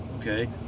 okay